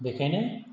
बेनिखायनो